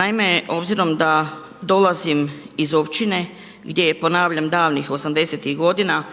Naime, obzirom da dolazim iz općine gdje je ponavljam davnih 80-tih godina